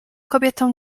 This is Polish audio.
kobietom